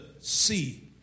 see